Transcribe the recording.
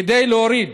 כדי להוריד